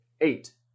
eight